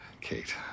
Kate